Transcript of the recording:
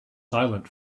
silent